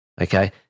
okay